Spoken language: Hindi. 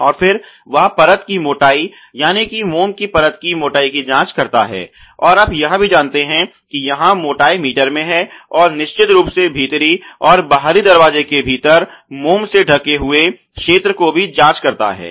और फिर वह परत की मोटाई यानि मोम की परत की मोटाई की जांच करता है और आप यह भी जानते हैं कि यहां मोटाई मीटर में है और निश्चित रूप से भीतरी और बाहरी दरवाजे के भीतर मोम से ढके हुए क्षेत्र की भी जांच करता है